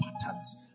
patterns